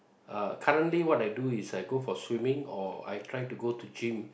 uh currently what I do is I go for swimming or I try to go to gym